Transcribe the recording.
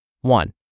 One